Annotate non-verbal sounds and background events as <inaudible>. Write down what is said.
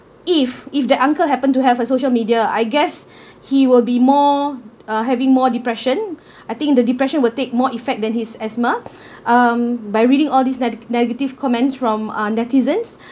if if the uncle happened to have a social media I guess <breath> he will be more uh having more depression <breath> I think the depression will take more effect than his asthma <breath> um by reading all these nega~ negative comments from uh netizens